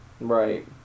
Right